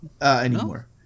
anymore